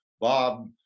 Bob